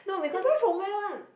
you buy from where one